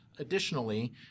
Additionally